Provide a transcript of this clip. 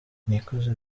nikuze